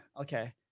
Okay